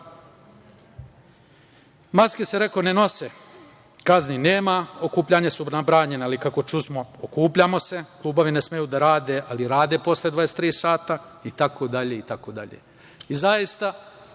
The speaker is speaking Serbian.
Maske se ne nose, kazni nema. Okupljanja su zabranjena, ali, kako čusmo, okupljamo se. Klubovi ne smeju da rade, ali rade posle 23.00 sata